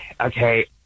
okay